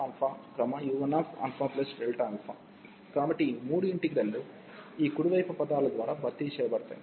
కాబట్టి ఈ మూడు ఇంటిగ్రల్లు ఈ కుడి వైపు పదాల ద్వారా భర్తీ చేయబడతాయి